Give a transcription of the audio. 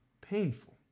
Painful